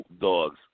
Dogs